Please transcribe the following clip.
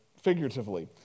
figuratively